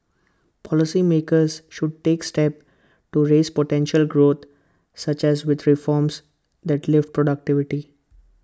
policy makers should take steps to raise potential growth such as with reforms that lift productivity